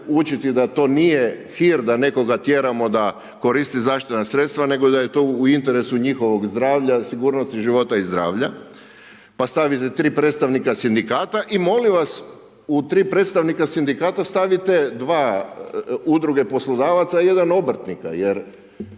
učiti da to nije hir da nekoga tjeramo da koristi zaštitna sredstva, nego da je to u interesu njihovog zdravlja, sigurnosti života i zdravlja. Pa stavite 3 predstavnika sindikata i molim vas u 3 predstavnika sindikata stavite 2 udruge poslodavaca i jedan obrtnika jer